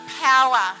power